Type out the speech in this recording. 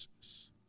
Jesus